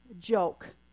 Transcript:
joke